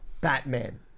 Batman